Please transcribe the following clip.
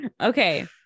Okay